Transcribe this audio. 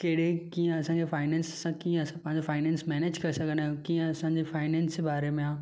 कहिड़े कीअं असांखे फाइनेंस असां कीअं मेनेज करे सघन्दा आहियूं कीअ असांजो फाइनेंस जे ॿारे में आहे